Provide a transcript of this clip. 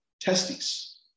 testes